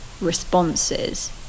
responses